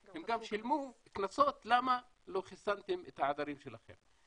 הם גם שילמו קנסות למה לא חיסנתם את העדרים שלכם.